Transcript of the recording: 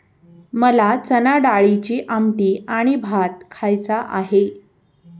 मला चणाडाळीची आमटी आणि भात खायचा आहे